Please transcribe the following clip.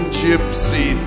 gypsy